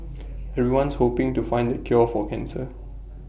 everyone's hoping to find the cure for cancer